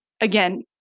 Again